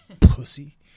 Pussy